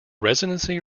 residency